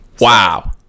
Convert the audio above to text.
Wow